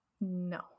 No